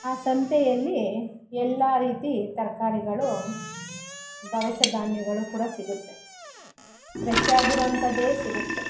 ಆ ಸಂತೆಯಲ್ಲಿ ಎಲ್ಲ ರೀತಿ ತರಕಾರಿಗಳು ದವಸ ಧಾನ್ಯಗಳು ಕೂಡ ಸಿಗುತ್ತೆ ಫ್ರೆಷ್ ಆಗಿರೊಂಥದ್ದೇ ಸಿಗುತ್ತೆ